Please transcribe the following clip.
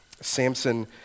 Samson